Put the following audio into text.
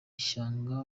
ishyanga